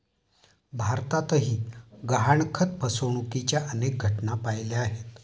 भारतातही गहाणखत फसवणुकीच्या अनेक घटना पाहिल्या आहेत